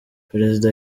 perezida